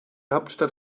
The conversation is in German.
hauptstadt